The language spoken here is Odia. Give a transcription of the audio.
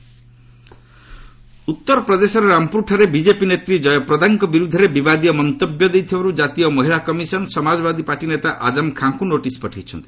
ଏନ୍ସିଡବ୍ଲ୍ୟୁ ସୁଷମା ଆଜମ୍ ଖାଁ ଉତ୍ତର ପ୍ରଦେଶର ରାମପୁରଠାରେ ବିକେପି ନେତ୍ରୀ ଜୟପ୍ରଦାଙ୍କ ବିରୁଦ୍ଧରେ ବିବାଦୀୟ ମନ୍ତବ୍ୟ ଦେଇଥିବାରୁ ଜାତୀୟ ମହିଳା କମିଶନ୍ ସମାଜବାଦୀ ପାର୍ଟି ନେତା ଆଜମ୍ ଖାଁଙ୍କୁ ନୋଟିସ୍ ପଠାଇଛନ୍ତି